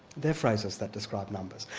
they're phrases that describe numbers.